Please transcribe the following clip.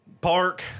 park